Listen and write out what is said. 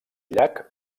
llac